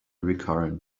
recurrent